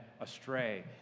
astray